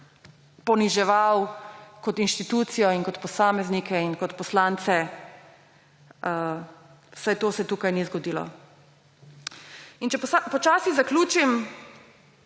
poniževal kot inštitucijo in kot posameznike in kot poslance. Vsaj to se tukaj ni zgodilo. In če počasi zaključim,